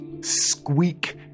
squeak